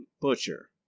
butcher